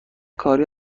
کاری